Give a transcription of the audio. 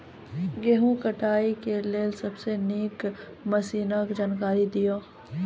गेहूँ कटाई के लेल सबसे नीक मसीनऽक जानकारी दियो?